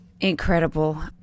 incredible